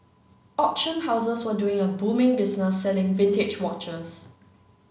auction houses were doing a booming business selling vintage watches